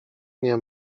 nie